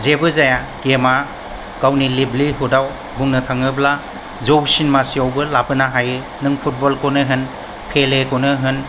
जेबो जाया गेमा गावनि लेभलिहुडाव बुंनो थाङोब्ला जौसिन मासियावबो लाबोनो हायो नों फुटबलखौनो होन पेलेखौनो होन